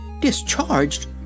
Discharged